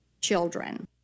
children